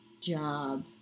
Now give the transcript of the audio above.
job